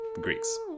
greeks